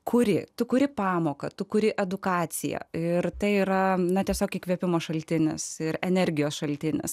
kurį tu kuri pamoką tu kuri edukacija ir tai yra na tiesiog įkvėpimo šaltinis ir energijos šaltinis